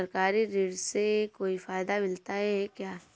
सरकारी ऋण से कोई फायदा मिलता है क्या?